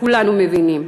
כולנו מבינים,